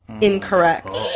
Incorrect